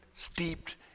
Steeped